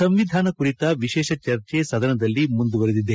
ಸಂವಿಧಾನ ಕುರಿತ ವಿಶೇಷ ಚರ್ಚೆ ಸದನದಲ್ಲಿ ಮುಂದುವರಿದಿದೆ